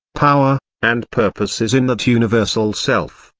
power, and purpose is in that universal self,